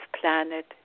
planet